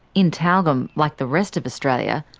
in tyalgum, like the rest of australia,